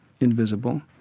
invisible